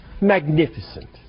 Magnificent